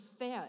fed